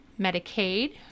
Medicaid